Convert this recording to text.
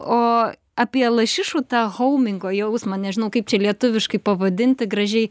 o apie lašišų tą houmingo jausmą nežinau kaip čia lietuviškai pavadinti gražiai